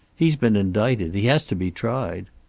he's been indicted. he has to be tried.